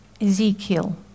Ezekiel